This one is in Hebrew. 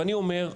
ואני אומר,